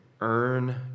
earn